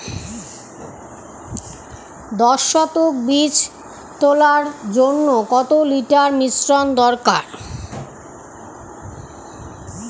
দশ শতক বীজ তলার জন্য কত লিটার মিশ্রন দরকার?